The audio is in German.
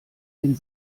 den